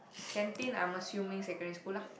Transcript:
canteen I'm assuming secondary school lah